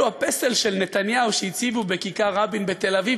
הפסל של נתניהו שהציבו בכיכר רבין בתל-אביב,